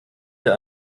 der